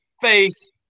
face